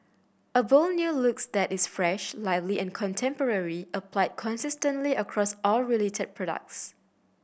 a bold new looks that is fresh lively and contemporary applied consistently across all related products